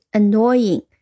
annoying